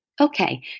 Okay